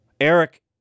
Eric